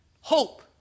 hope